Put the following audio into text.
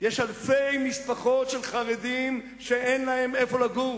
ארץ-ישראל ועל-ידי חברי כנסת של הליכוד.